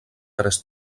tres